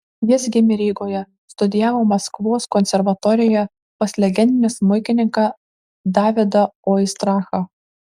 jis gimė rygoje studijavo maskvos konservatorijoje pas legendinį smuikininką davidą oistrachą